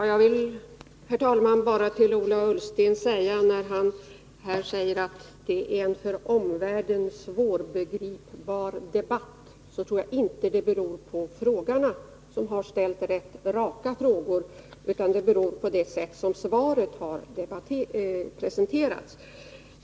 Herr talman! Ola Ullsten säger att det är en för omvärlden svårbegriplig debatt. Jag tror inte att det beror på frågeställarna — vi har ställt rätt raka frågor — utan det beror på det sätt på vilket svaret har presenterats.